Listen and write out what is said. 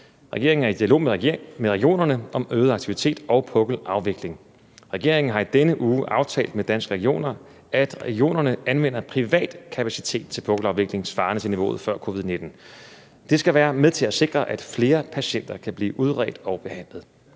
Regeringen er i dialog med regionerne om øget aktivitet og pukkelafvikling. Regeringen har i denne uge aftalt med Danske Regioner, at regionerne anvender privat kapacitet til pukkelafvikling svarende til niveauet før covid-19. Det skal være med til at sikre, at flere patienter kan blive udredt og behandlet.